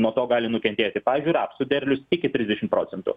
nuo to gali nukentėti pavyzdžiui rapsų derlius iki trisdešim procentų